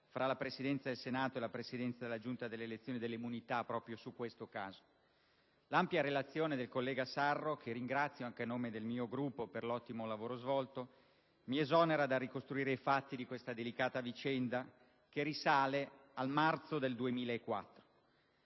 tra la Presidenza del Senato e la Presidenza della Giunta delle elezioni e delle immunità parlamentari su questo caso. L'ampia relazione del collega Sarro - che ringrazio anche a nome del mio Gruppo per l'ottimo lavoro svolto - mi esonera dal ricostruire i fatti di questa delicata vicenda, che risale al marzo del 2004.